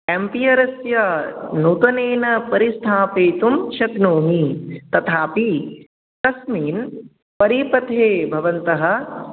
एम्पियरस्य नूतनेन परिस्थापयितुं शक्नोमि तथापि तस्मिन् परिपथे भवन्तः